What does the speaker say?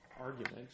argument